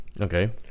okay